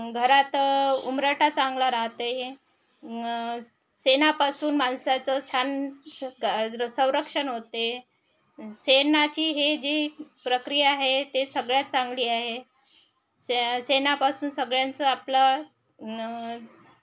घरात उंबरठा चांगला राहतो मग शेणापासून माणसाचं छान स का संरक्षण होते शेणाची ही जी प्रक्रिया आहे ती सगळ्यात चांगली आहे से शेणापासून सगळ्यांचं आपलं न